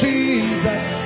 Jesus